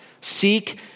seek